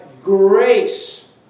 Grace